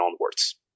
onwards